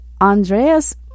Andreas